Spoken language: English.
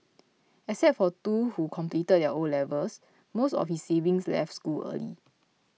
except for two who completed their O levels most of his siblings left school early